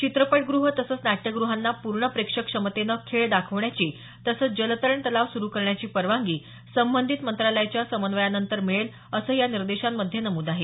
चित्रपटगृहं तसंच नाट्यग्रहांना पूर्ण प्रेक्षक क्षमतेनं खेळ दाखवण्याची तसंच जलतरण तलाव सुरू करण्याची परवानगी संबंधित मंत्रालयांच्या समन्वयानंतर मिळेल असंही या निर्देशांमध्ये नमूद आहे